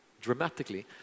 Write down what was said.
dramatically